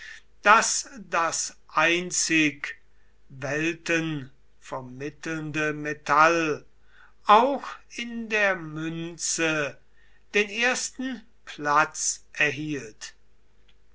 daß das einzig weltenvermittelnde metall auch in der münze den ersten platz erhielt